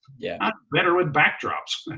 yeah better with backdrops,